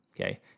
okay